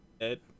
Ed